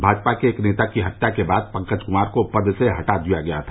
भाजपा के एक नेता की हत्या के बाद पंकज कुमार को पद से हटा दिया गया था